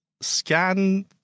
scan